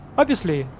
obviously,